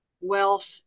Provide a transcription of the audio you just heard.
Wealth